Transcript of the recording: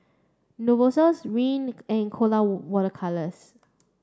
Novosource Rene and Colora water colours